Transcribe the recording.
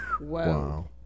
Wow